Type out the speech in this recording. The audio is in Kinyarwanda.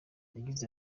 yagize